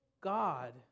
God